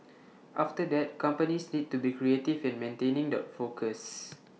after that companies need to be creative in maintaining the focus